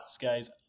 guys